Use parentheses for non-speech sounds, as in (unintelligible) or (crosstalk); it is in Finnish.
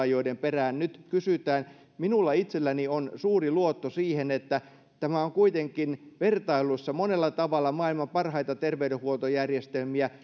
(unintelligible) joiden perään nyt kysytään minulla itselläni on suuri luotto siihen että tämä on kuitenkin vertailussa monella tavalla maailman parhaita terveydenhuoltojärjestelmiä (unintelligible)